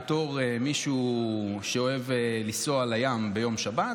בתור מישהו שאוהב לנסוע לים ביום שבת,